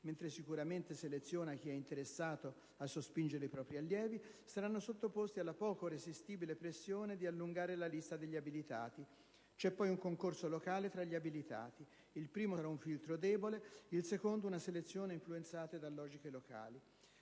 mentre sicuramente seleziona chi è interessato a sospingere i propri allievi - saranno sottoposti alla poco resistibile pressione di allungare la lista degli abilitati. C'è poi un "concorso" locale tra gli abilitati. Il primo sarà un filtro debole, il secondo una selezione influenzata dalle logiche locali.